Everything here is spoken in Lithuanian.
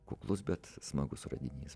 kuklus bet smagus radinys